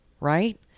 right